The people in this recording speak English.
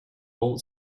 old